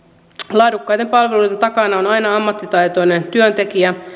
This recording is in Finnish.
laadukkaiden palveluiden takana ovat aina ammattitaitoiset työntekijät